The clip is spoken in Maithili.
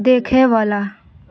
देखएवला